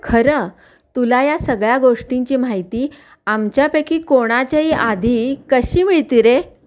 खरं तुला या सगळ्या गोष्टींची माहिती आमच्यापैकी कोणाच्याही आधी कशी मिळते रे